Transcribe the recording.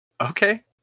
Okay